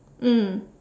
mm